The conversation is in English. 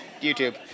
YouTube